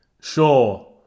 Sure